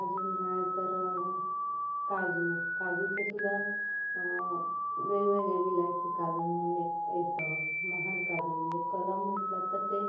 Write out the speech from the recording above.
अजून म्हणाल तर काजू काजूचं सुद्धा वेगवेगळे विलायती काजू म्हणून एक येतं महान काजू म्हणजे कलम म्हटलं तर ते